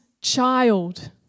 child